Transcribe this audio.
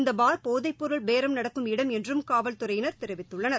இந்தபார் போதைப்பொருள் பேரம் நடக்கும் இடம் என்றும் காவல்துறையினா் தெரிவித்துள்ளார்கள்